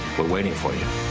we're waiting for you.